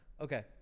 Okay